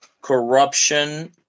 corruption